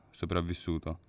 sopravvissuto